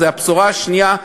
זו הבשורה השנייה,